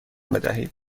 بدهید